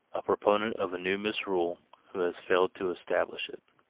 a proponent of a new misrule who has failed to establish it.